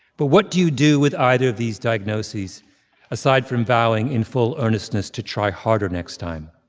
but what do you do with either of these diagnoses aside from vowing in full earnestness to try harder next time?